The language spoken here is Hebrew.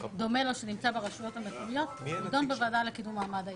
דומה לו שנמצא ברשויות המקומיות והוא נדון בוועדה לקידום מעמד האישה.